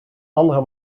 andere